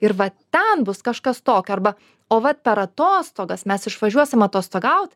ir va ten bus kažkas tokio arba o vat per atostogas mes išvažiuosim atostogaut